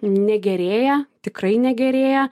negerėja tikrai negerėja